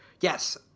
yes